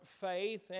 faith